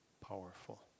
powerful